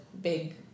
big